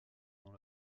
dans